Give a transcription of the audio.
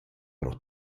pro